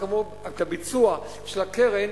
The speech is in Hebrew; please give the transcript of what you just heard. רק אמרו: את הביצוע של הקרן